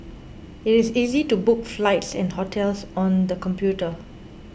it is easy to book flights and hotels on the computer